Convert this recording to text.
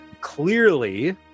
clearly